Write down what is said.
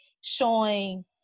showing